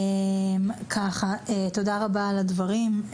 תודה רבה על הדברים,